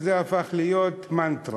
כי זה הפך להיות מנטרה.